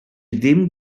ddim